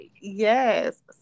Yes